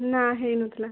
ନା ହେଇନଥିଲା